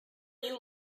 you